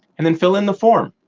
and then fill in the form.